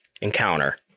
encounter